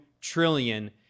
trillion